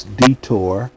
detour